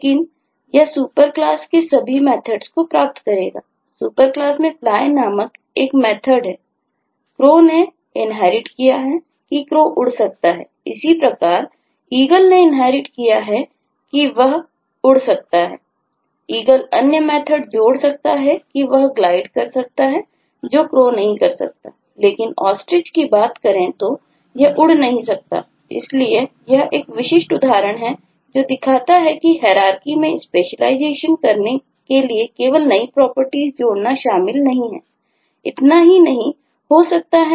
लेकिन यह सुपरक्लास में सभी मेथर्ड्स मे स्पेशलाइज करने के लिए केवल नई प्रॉपर्टीज जोड़ना शामिल नहीं है